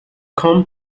come